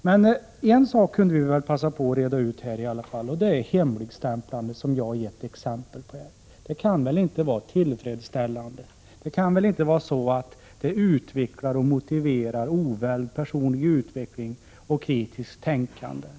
Men en sak tycker jag ändå att vi borde passa på att reda ut här, och det är hemligstämplandet som jag har gett exempel på. Det kan väl inte vara tillfredsställande. Det stimulerar väl inte till oväld, personlig utveckling och kritiskt tänkande.